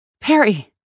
Perry